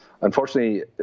unfortunately